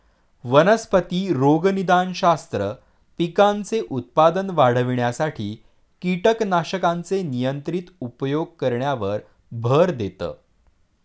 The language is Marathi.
वनस्पती रोगनिदानशास्त्र, पिकांचे उत्पादन वाढविण्यासाठी कीटकनाशकांचे नियंत्रित उपयोग करण्यावर भर देतं